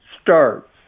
starts